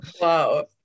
Wow